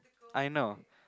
I know